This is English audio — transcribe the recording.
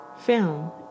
film